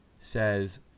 says